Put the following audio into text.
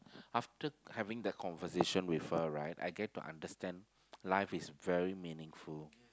after having the conversation with her right I get to understand life is very meaningful